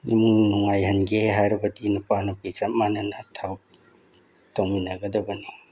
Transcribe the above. ꯏꯃꯨꯡ ꯅꯨꯡꯉꯥꯏꯍꯟꯒꯦ ꯍꯥꯏꯔꯕꯗꯤ ꯅꯨꯄꯥ ꯅꯨꯄꯤ ꯆꯞ ꯃꯥꯟꯅꯅ ꯊꯕꯛ ꯇꯧꯃꯤꯟꯅꯒꯗꯕꯅꯤ